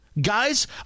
Guys